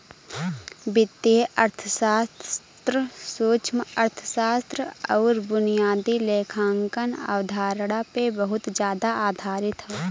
वित्तीय अर्थशास्त्र सूक्ष्मअर्थशास्त्र आउर बुनियादी लेखांकन अवधारणा पे बहुत जादा आधारित हौ